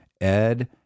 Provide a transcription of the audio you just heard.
ed